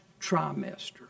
trimester